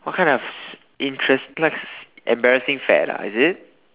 what kind of interest embarrassing fad is it